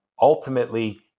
ultimately